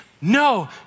no